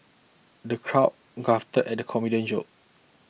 the crowd guffawed at comedian joke